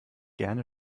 gerne